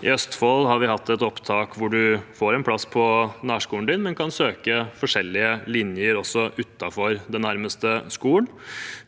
I Østfold har vi hatt et opptak hvor man får en plass på nærskolen sin, men kan søke forskjellige linjer også utenfor den nærmeste skolen,